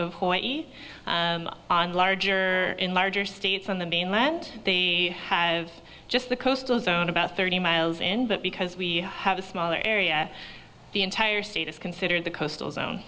of hawaii on larger in larger states on the mainland the have just the coastal zone about thirty miles in but because we have a smaller area the entire state is considered the coastal zone